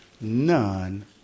none